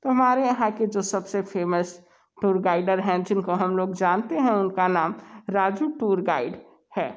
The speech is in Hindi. तो हमारे यहाँ के जो सबसे फ़ेमस टूर गाइडर हैं जिनको हम लोग जानते हैं उनका नाम राजू टूर गाइड है